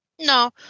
No